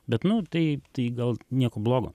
bet nu taip tai gal nieko blogo